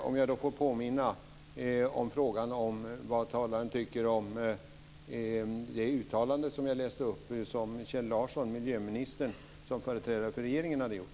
Fru talman! Får jag då påminna om frågan om vad talaren tycker om det uttalande jag läste som Kjell Larsson, miljöministern, som företrädare för regeringen hade gjort.